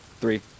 Three